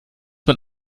man